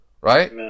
Right